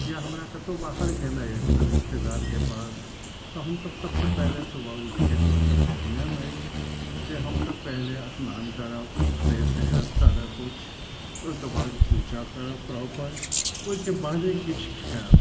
या हमरा कतौ बाहर गेनाइ यऽ कोनो रिश्तेदारके पास तऽ हमसभ सभसँ पहिले सुबह उठिके हमर सभके नियम अछि जे हमसभ पहिले स्नान करब फ्रेश होयब सारा किछु ओहिके बाद पूजा करब प्रॉपर ओहिके बादे किछु खायब